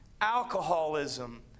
alcoholism